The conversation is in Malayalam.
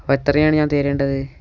അപ്പം എത്രയാണ് ഞാൻ തരേണ്ടത്